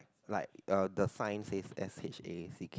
like a the sign says S H A C K